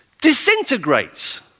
disintegrates